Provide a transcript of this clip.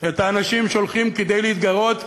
את האנשים שהולכים כדי להתגרות,